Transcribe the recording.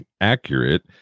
accurate